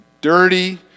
dirty